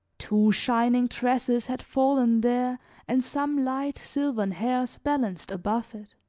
two shining tresses had fallen there and some light silvern hairs balanced above it.